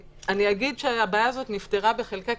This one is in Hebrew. הבעיה הזאת נפתרה בחלקה,